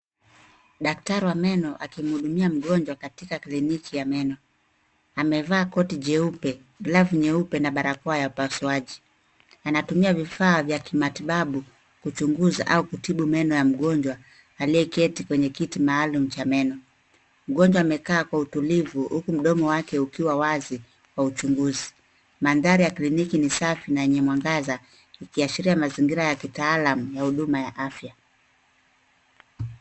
Daktari wa meno akimhudumia mgonjwa katika kliniki ya meno. Amevaa koti jeupe, glavu nyeupe na barakoa ya upasuaji. Anatumia vifaa vya kimatibabu kuchunguza au kutibu meno ya mgonjwa aliyeketi kwenye kiti maalum cha meno. Mgonjwa amekaa kwa utulivu huku mdomo wake ukiwa wazi kwa uchunguzi. Mandhari ya kliniki ni safi na yenye mwangaza, ikiashiria mazingira ya kitaalam ya huduma ya afya.